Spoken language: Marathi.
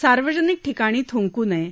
सार्वजनिक ठिकाणी थुंकू नये